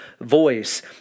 voice